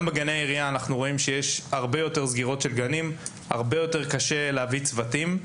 גם שם רואים שיש הרבה יותר סגירות של גנים וקושי בלהביא צוותים.